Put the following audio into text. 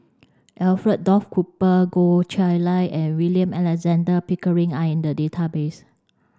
Alfred Duff Cooper Goh Chiew Lye and William Alexander Pickering are in the database